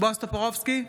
בועז טופורובסקי,